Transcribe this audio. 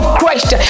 christ